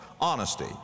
honesty